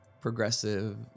progressive